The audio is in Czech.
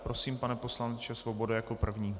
Prosím, pane poslanče Svobodo, jako první.